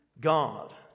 God